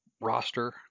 roster